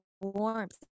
warmth